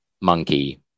monkey